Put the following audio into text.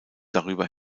darüber